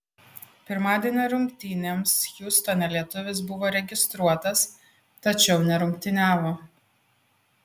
pirmadienio rungtynėms hjustone lietuvis buvo registruotas tačiau nerungtyniavo